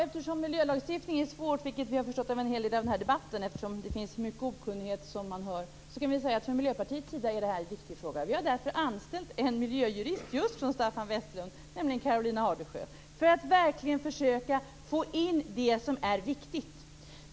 Fru talman! Miljölagstiftning är svårt. Det har vi förstått av en hel del i den här debatten eftersom det finns mycket okunnighet som man får höra. Men för Miljöpartiet är det här en viktig fråga. Vi har därför anställt en miljöjurist just från Staffan Westerlund, nämligen Karolina Ardesjö, för att verkligen försöka få in det som är viktigt.